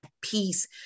peace